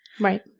Right